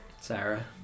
Sarah